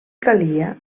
calia